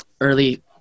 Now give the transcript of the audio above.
early